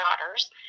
daughters